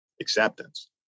acceptance